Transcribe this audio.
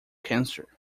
cancer